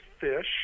fish